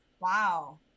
wow